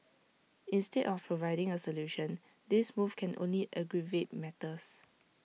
instead of providing A solution this move can only aggravate matters